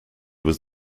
was